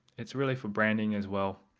it's really for branding as well.